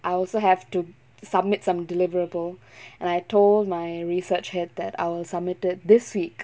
I also have to submit some deliverable and I told my research head that I'll submit it this week